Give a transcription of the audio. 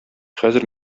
хәзер